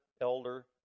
elder